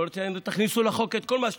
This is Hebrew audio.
אמרתי להם: תכניסו לחוק את כל מה שצריך.